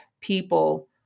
people